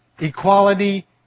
Equality